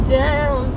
down